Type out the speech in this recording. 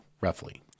roughly